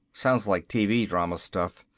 sounds like tv drama stuff.